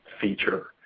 feature